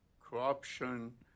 corruption